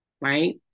right